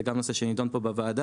זה גם נושא שנדון פה בוועדה,